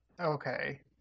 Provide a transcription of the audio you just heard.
Okay